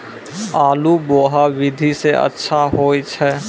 आलु बोहा विधि सै अच्छा होय छै?